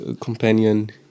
companion